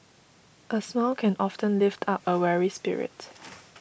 a smile can often lift up a weary spirit